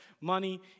money